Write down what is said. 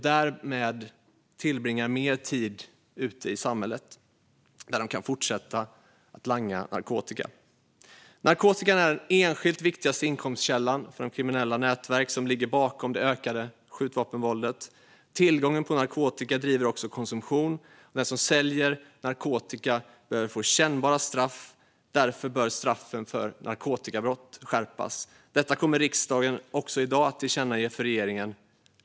Därmed tillbringar de mer tid ute i samhället och kan fortsätta att langa narkotika. Narkotika är den enskilt viktigaste inkomstkällan för de kriminella nätverk som ligger bakom det ökade skjutvapenvåldet. Tillgång på narkotika driver också konsumtion. Den som säljer narkotika behöver få kännbara straff, och därför bör straffen för narkotikabrott skärpas. Även detta kommer riksdagen i dag att tillkännage för regeringen.